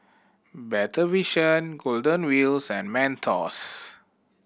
Better Vision Golden Wheels and Mentos